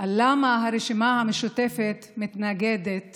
למה הרשימה המשותפת מתנגדת